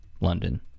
London